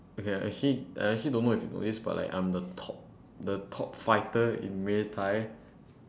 okay actually I actually don't know if you know this but like I'm like the top the top fighter in muay-thai